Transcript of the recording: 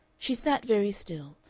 she sat very still,